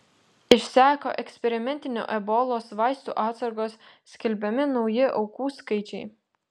išseko eksperimentinių ebolos vaistų atsargos skelbiami nauji aukų skaičiai